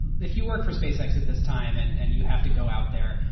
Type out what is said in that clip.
if you work for spacex at this time and and you have to go out there,